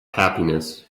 happiness